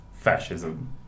Fascism